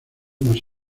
más